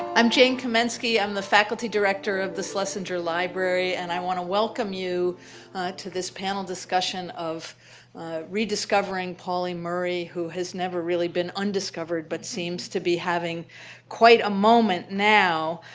i'm jane kamensky. i'm the faculty director of the schlesinger library. and i want to welcome you to this panel discussion of rediscovering pauline murray, who has never really been undiscovered, but seems to be having quite a moment now.